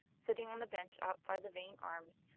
sitting on the bench outside the vane arms,